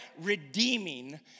redeeming